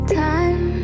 time